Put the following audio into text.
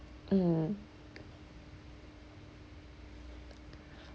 mm